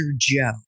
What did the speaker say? Joe